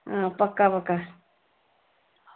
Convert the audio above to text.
हां पक्का पक्का